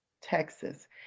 Texas